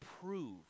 prove